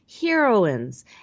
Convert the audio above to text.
Heroines